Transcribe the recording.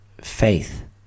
faith